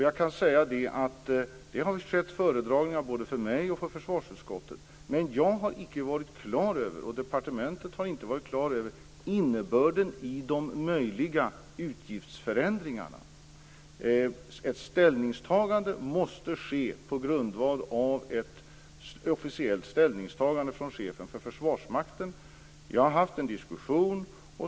Jag kan säga att det har skett föredragningar både inför mig och försvarsutskottet, men jag och departementet har inte varit klara över innebörden i de möjliga utgiftsförändringarna. Ett ställningstagande måste ske på grundval av ett officiellt ställningstagande från chefen för Försvarsmakten. Jag har haft en diskussion.